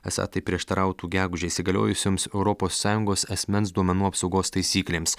esą tai prieštarautų gegužę įsigaliojusioms europos sąjungos asmens duomenų apsaugos taisyklėms